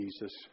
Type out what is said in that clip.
Jesus